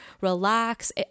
relax